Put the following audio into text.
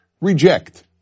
reject